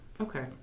Okay